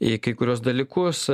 į kai kuriuos dalykus